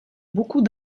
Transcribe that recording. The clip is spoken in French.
beaucoup